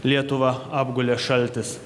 lietuvą apgulė šaltis